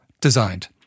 designed